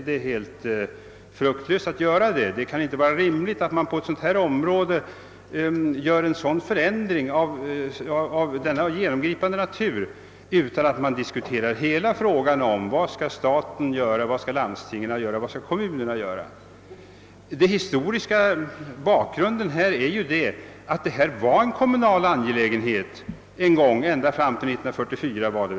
Det är helt fruktlöst att göra det; det kan inte vara rimligt att man på ett sådant här område genomför en förändring av denna genomgripande natur utan att diskutera hela frågan om vad staten skall göra, vad landstingen skall göra och vad kommunerna skall göra. Den historiska bakgrunden är ju att detta en gång var en kommunal angelägenhet ända fram till 1944, tror jag.